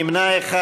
נמנע אחד.